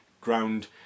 ground